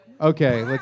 Okay